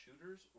shooters